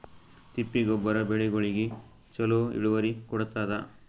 ತಿಪ್ಪಿ ಗೊಬ್ಬರ ಬೆಳಿಗೋಳಿಗಿ ಚಲೋ ಇಳುವರಿ ಕೊಡತಾದ?